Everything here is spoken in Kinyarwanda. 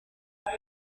muri